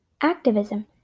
Activism